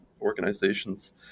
organizations